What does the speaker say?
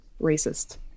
racist